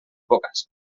boques